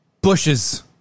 bushes